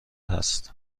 هست